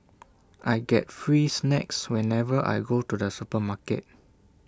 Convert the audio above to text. I get free snacks whenever I go to the supermarket